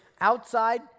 Outside